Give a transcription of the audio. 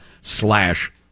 slash